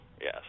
yes